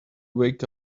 wake